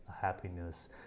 happiness